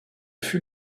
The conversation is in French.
fut